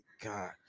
god